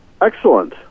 Excellent